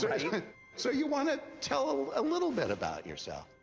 so you want to tell a little bit about yourself.